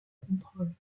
contrôle